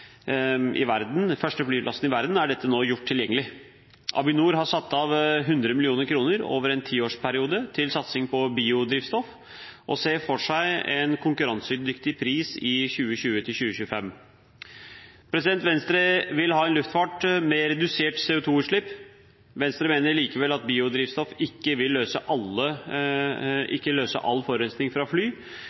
i verden, er dette nå gjort tilgjengelig. Avinor har satt av 100 mill. kr over en tiårsperiode til satsing på biodrivstoff og ser for seg en konkurransedyktig pris i 2020–2025. Venstre vil ha en luftfart med reduserte CO2-utslipp. Venstre mener likevel at biodrivstoff ikke vil løse all forurensning fra fly,